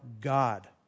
God